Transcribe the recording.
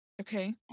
Okay